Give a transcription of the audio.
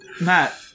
Matt